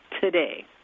today